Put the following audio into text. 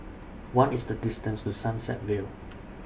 What IS The distance to Sunset Vale